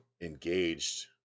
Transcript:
engaged